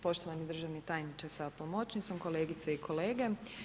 Poštovani državni tajniče sa pomoćnicom, kolegice i kolege.